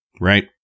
Right